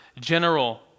general